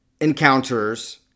encounters